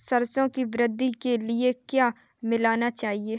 सरसों की वृद्धि के लिए क्या मिलाना चाहिए?